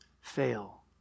fail